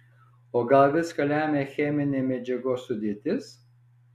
o gal viską lemia cheminė medžiagos sudėtis